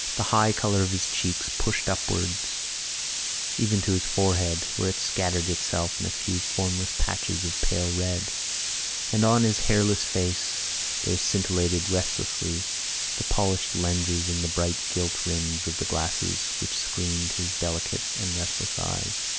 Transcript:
the high colour of his cheeks pushed upwards even to his forehead, where it scattered itself in a few formless patches of pale red and on his hairless face there scintillated restlessly the polished lenses and the bright gilt rims of the glasses which screened his delicate and restless eyes.